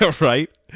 Right